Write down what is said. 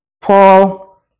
Paul